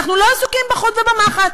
אנחנו לא עסוקים בחוט ובמחט.